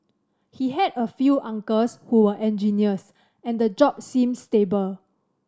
he had a few uncles who were engineers and the job seems stable